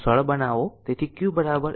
જો સરળ બનાવો